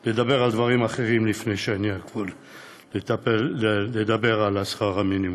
על דברים אחרים לפני שאני אעבור לדבר על שכר המינימום.